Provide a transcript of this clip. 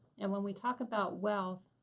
and when we talk about wealth,